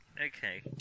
Okay